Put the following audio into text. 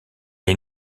est